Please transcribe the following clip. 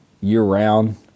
year-round